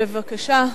בבקשה.